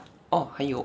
oh 还有